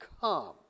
come